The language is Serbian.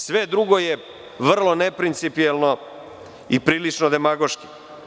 Sve drugo je vrlo neprincipijelno i prilično demagoški.